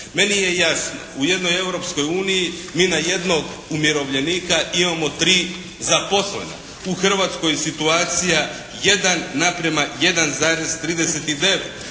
Meni je jasno u jednoj Europskoj uniji mi na jednog umirovljenika imamo 3 zaposlena. U Hrvatskoj situacija jedan naprama jedan